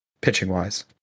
pitching-wise